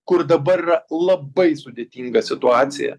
kur dabar yra labai sudėtinga situacija